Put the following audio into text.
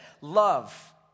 love